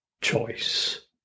choice